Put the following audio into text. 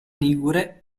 ligure